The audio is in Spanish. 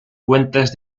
cuentas